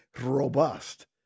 robust